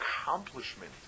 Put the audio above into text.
accomplishment